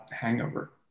Hangover